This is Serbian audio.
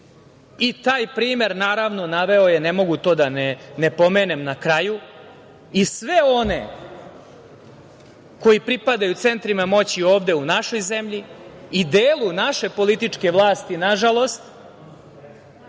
primer, naravno, naveo je, ne mogu to da ne pomenem na kraju, i sve one koji pripadaju centrima moći ovde u našoj zemlji i delu našu političke vlasti, nažalost,